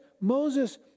Moses